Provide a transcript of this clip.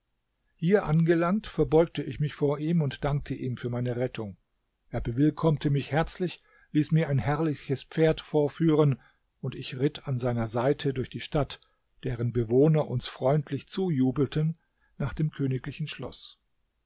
hier angelangt verbeugte ich mich vor ihm und dankte ihm für meine rettung er bewillkommte mich herzlich ließ mir ein herrliches pferd vorführen und ich ritt an seiner seite durch die stadt deren bewohner uns freundlich zujubelten nach dem königlichen schloß